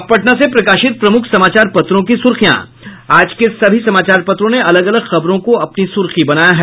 अब पटना से प्रकाशित प्रमुख समाचार पत्रों की सुर्खियां आज के सभी समाचार पत्रों ने अलग अलग खबरों को अपनी सुर्खी बनाया है